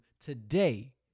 today